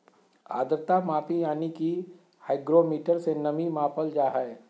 आद्रता मापी यानी कि हाइग्रोमीटर से नमी मापल जा हय